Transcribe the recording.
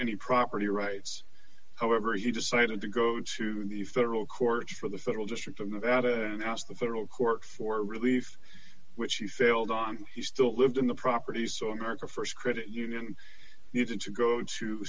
any property rights however he decided to go to the federal court for the federal district of nevada and asked the federal court for relief which he failed on he still lived in the property so america st credit union needed to go to